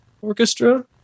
orchestra